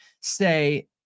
say